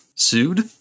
Sued